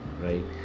right